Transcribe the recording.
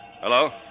Hello